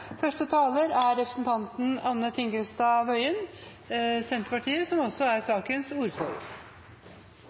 Første taler er representanten Tina Bru, som er sakens ordfører.